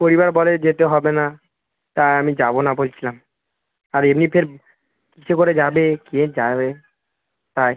পরিবার বলে যেতে হবে না তাই আমি যাবো না বলছিলাম আর এমনি ফের কীসে করে যাবে কে যাবে তাই